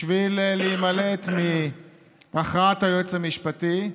בשביל להימלט מהכרעת היועץ המשפטי,